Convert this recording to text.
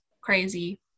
crazy